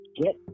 get